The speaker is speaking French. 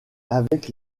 avec